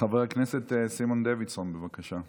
חבר הכנסת סימון דוידסון, בבקשה.